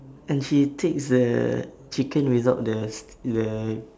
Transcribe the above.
and she takes the chicken without the st~ the